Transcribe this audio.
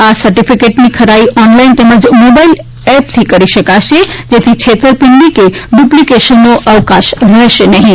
આ સર્ટીફીકેટની ખરાઇ ઓનલાઇન તેમજ મોબાઇલ એપ કરી શકાશે જેથી છેતરપીંડી કે ડુપ્લીકેશનો અવકાશ રહેશે નહીં